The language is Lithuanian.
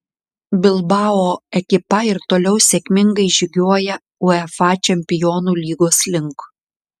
bilbao ekipa ir toliau sėkmingai žygiuoja uefa čempionų lygos link